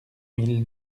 mille